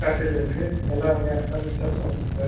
கட்டில் இருக்கு எல்லா வகையான பர்னிச்சர்ஸும் இருக்கு சார்